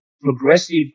progressive